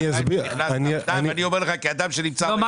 אני אומר לך כאדם שנמצא --- טוב,